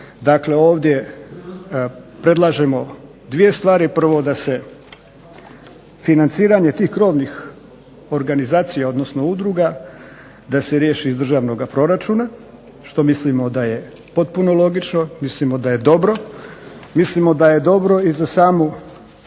Dakle, ovdje predlažemo dvije stvari. Prvo da se financiranje tih krovnih organizacija odnosno udruga da se riješi iz državnoga proračuna što mislimo da je potpuno logično, mislimo da je dobro i za same